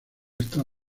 está